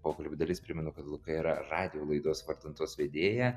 pokalbio dalis primenu kad luka yra radijo laidos vardan tos vedėja